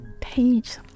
page